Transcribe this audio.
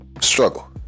struggle